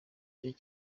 kigo